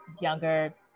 younger